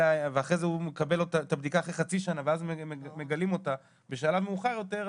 הוא מקבל את הבדיקה אחרי חצי שנה בשלב מאוחר יותר,